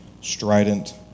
strident